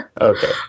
Okay